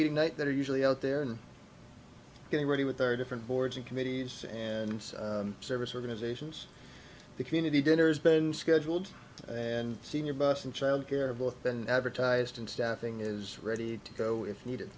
meeting night that are usually out there and getting ready with their different boards and committees and service organizations the community dinners been scheduled and senior bus and child care both been advertised in staffing is ready to go if needed